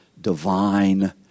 divine